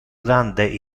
grande